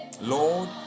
Lord